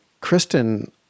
Kristen